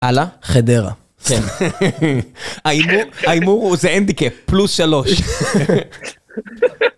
על החדרה, כן, האימור הוא זה אינדיקאפ, פלוס שלוש.